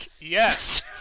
yes